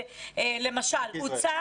למשל,